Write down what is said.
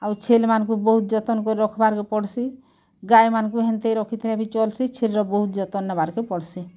ଆଉ ଛେଲ୍ମାନଙ୍କୁ ବହୁତ୍ ଯତନକରି ରଖ୍ବାର୍ କେ ପଡ଼୍ସିଁ ଗାଈମାନଙ୍କୁ ବି ହେନ୍ତି ହେନ୍ତି ରଖିଥିଲେ ବି ଚଲ୍ସି ଛେରିର ବି ବହୁତ ଯତନ ନେବାର୍ କେ ପଡ଼ୁସିଁ